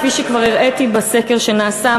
כפי שכבר הראיתי לפי הסקר שנעשה,